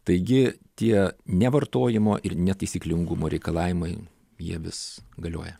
taigi tie nevartojimo ir netaisyklingumo reikalavimai jie vis galioja